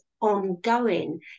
ongoing